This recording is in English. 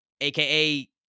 aka